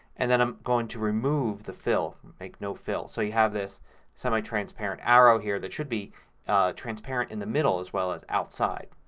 and then i'm going to remove the fill, make it no fill. so you have this semi-transparent arrow here that should be transparent in the middle as well as outside.